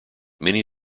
many